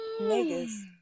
Niggas